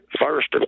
first